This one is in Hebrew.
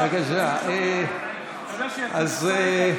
בבקשה, אתה יודע שהיא